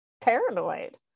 paranoid